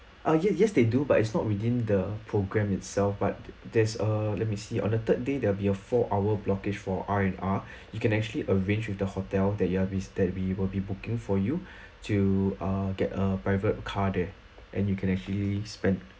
err ye~ yes they do but it's not within the programme itself but there's uh let me see on the third day there be a four hour blockage for R and R you can actually arrange with the hotel that you are vis~ that we will be booking for you to err get a private car there and you can actually spend